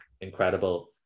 incredible